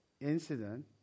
incident